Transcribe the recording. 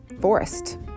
forest